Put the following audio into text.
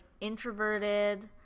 introverted